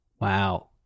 Wow